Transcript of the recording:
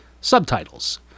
subtitles